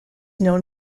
known